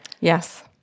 Yes